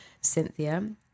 Cynthia